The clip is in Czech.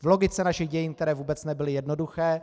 V logice našich dějin, které vůbec nebyly jednoduché.